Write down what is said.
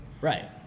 Right